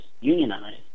unionized